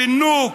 פינוק,